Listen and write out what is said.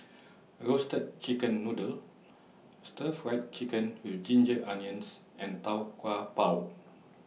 Roasted Chicken Noodle Stir Fried Chicken with Ginger Onions and Tau Kwa Pau